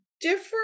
different